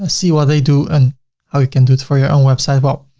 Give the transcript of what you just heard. ah see what they do and how you can do it for your own website. well,